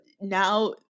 now